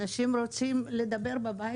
אנשים רוצים לדבר בבית.